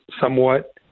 somewhat